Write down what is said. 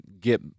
get